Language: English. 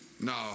No